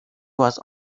was